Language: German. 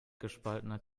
gespaltener